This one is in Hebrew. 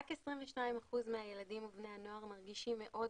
רק 22% מהילדים ובני הנוער מרגישים מאוד